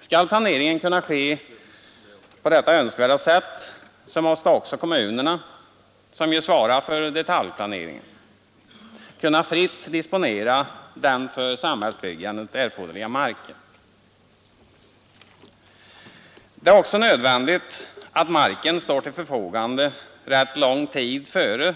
Skall planeringen kunna ske på detta önskvärda sätt måste också kommunerna, som ju svarar för detaljplaneringen, kunna fritt disponera den för samhällsbyggandet erforderliga marken. Det är också nödvändigt att marken står till förfogande rätt lång tid före